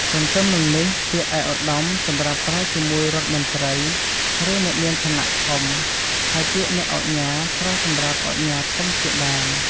ទទ្ទឹមនឹងនេះ ពាក្យឯកឧត្តម សម្រាប់ប្រើជាមួយរដ្ឋមន្ត្រី ឬអ្នកមានឋានៈធំ ហើយពាក្យ អ្នកឧកញ៉ា ប្រើសម្រាប់ឧកញ៉ាធំជាដើម។